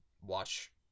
watch